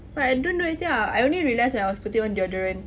but I don't do anything ah I only realised when I was putting on deodorant